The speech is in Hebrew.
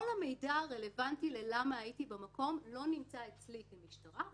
כל המידע הרלוונטי ל"למה הייתי במקום" לא נמצא אצלי במשטרה,